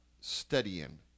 studying